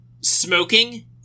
Smoking